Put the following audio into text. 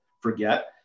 forget